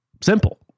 Simple